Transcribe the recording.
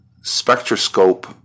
spectroscope